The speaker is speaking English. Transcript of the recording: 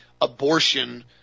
abortion